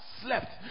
slept